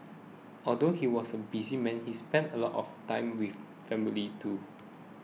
although he was a busy man he spent a lot of time with family too